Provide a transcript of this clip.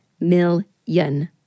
million